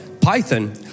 python